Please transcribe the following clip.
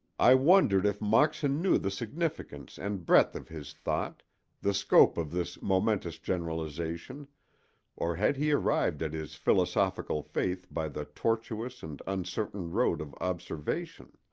i wondered if moxon knew the significance and breadth of his thought the scope of this momentous generalization or had he arrived at his philosophic faith by the tortuous and uncertain road of observation?